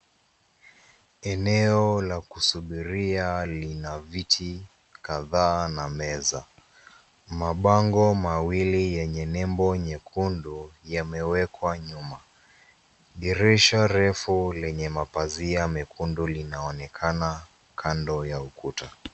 Eneo la kusubiria lina viti kahdaa na meza. Mabango mawili yenye nembo nyekundu yamewekwa nyuma. Dirisha refu lenye mapazia mekundu linaonekana kando ya ukuta.